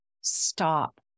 stop